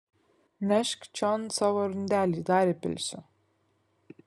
nešk čion savo rundelį dar įpilsiu